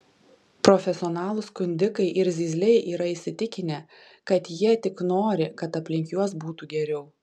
profesionalūs skundikai ir zyzliai yra įsitikinę kad jie tik nori kad aplink juos būtų geriau